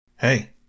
Hey